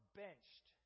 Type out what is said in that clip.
benched